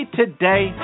today